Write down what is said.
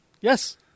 Yes